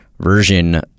version